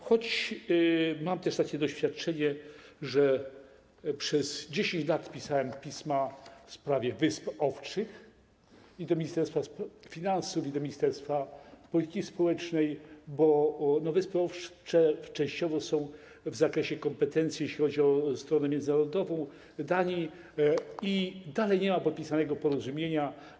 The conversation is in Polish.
Choć mam też takie doświadczenie, że przez 10 lat pisałem pisma w sprawie Wysp Owczych i do Ministerstwa Finansów, i do Ministerstwa Polityki Społecznej, bo Wyspy Owcze częściowo są w zakresie kompetencji Danii, jeśli chodzi o stronę międzynarodową, i dalej nie ma podpisanego porozumienia.